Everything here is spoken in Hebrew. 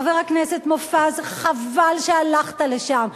חבר הכנסת מופז, חבל שהלכת לשם.